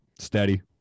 Steady